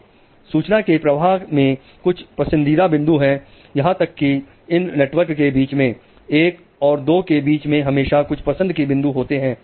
सूचना के प्रवाह में कुछ पसंदीदा बिंदु है यहां तक कि इन नेटवर्क्स के बीच में एक और दो के बीच में हमेशा कुछ पसंद के बिंदु होते हैं